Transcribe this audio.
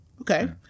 Okay